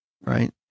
right